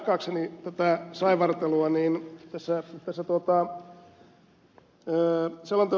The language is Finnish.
jatkaakseni tätä saivartelua tässä selonteossa sanotaan